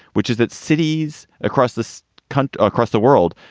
which is that cities across this country, across the world,